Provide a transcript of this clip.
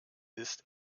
ist